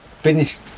finished